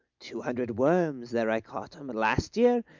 two hundred worms there i caught em last year,